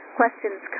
questions